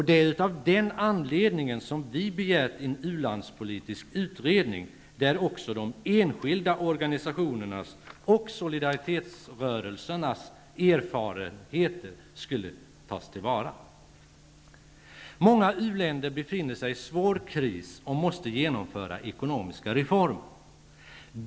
Det är av den anledningen som vi begärt en ulandspolitisk utredning, där också de enskilda organisationernas och solidaritetsrörelsernas erfarenheter skulle tas till vara. Många u-länder befinner sig i svår kris och måste genomföra ekonomiska reformer.